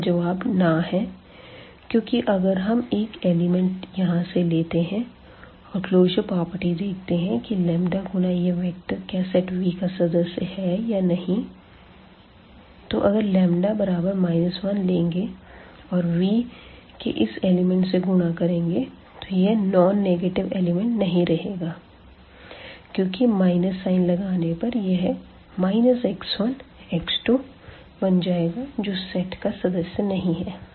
इसका जवाब ना है क्योंकि अगर हम एक एलिमेंट यहां से लेते हैं और क्लोजर प्रॉपर्टी देखते हैं कि लंबदा गुणा यह वेक्टर क्या सेट V का सदस्य है या नहीं तो अगर लंबदा बराबर माइनस 1 लेंगे और V के इस एलिमेंट से गुणा करेंगे तो यह नोन नेगटिव एलिमेंट नहीं रहेगा क्योंकि साइन लगाने पर यह x1x2 बन जाएगा जो सेट का सदस्य नहीं है